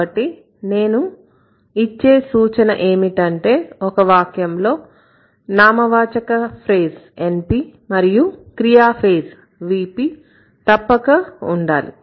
కాబట్టి నేను ఇచ్చే సూచన ఏమిటంటే ఒక వాక్యంలో నామవాచక ఫ్రేజ్ మరియు క్రియా ఫ్రేజ్ తప్పక ఉండాలి